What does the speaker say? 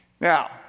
Now